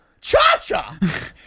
Cha-cha